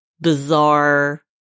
bizarre